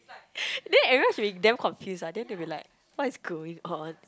then everyone was already damn confused ah then they'll be like what is going on